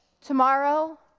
tomorrow